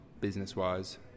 business-wise